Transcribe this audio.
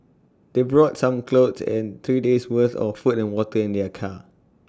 they brought some clothes and three days' worth of food and water in their car